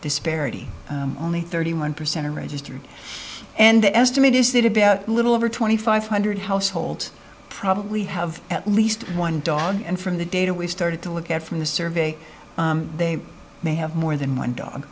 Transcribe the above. disparity only thirty one percent are registered and the estimate is that about a little over twenty five hundred households probably have at least one dog and from the data we started to look at from the survey they may have more than one dog